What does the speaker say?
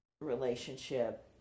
relationship